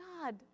God